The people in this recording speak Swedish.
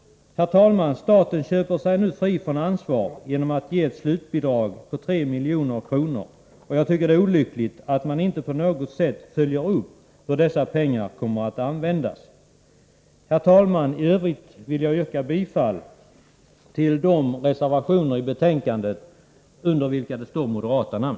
Herr talman! Staten köper sig nu fri från ansvar genom att ge ett slutbidrag på 3 milj.kr., och jag tycker att det är olyckligt att man inte på något sätt följer upp hur dessa pengar kommer att användas. Herr talman! I övrigt vill jag yrka bifall till de reservationer i betänkandet under vilka det står moderata namn.